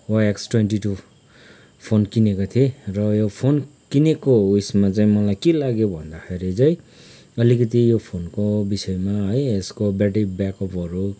Y X twenty two phone किनेको थिएँ र यो फोन किनेको उएसमा चाहिँ मलाई के लाग्यो भन्दाखेरि चाहिँ अलिकति यो फोनको विषयमा है यसको ब्याट्री ब्याकअपहरू